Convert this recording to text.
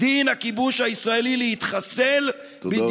דין הכיבוש הישראלי להתחסל, תודה רבה.